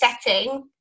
setting